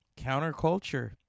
counterculture